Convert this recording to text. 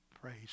Praise